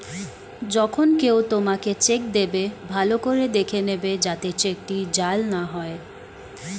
যখন কেউ তোমাকে চেক দেবে, ভালো করে দেখে নেবে যাতে চেকটি জাল না হয়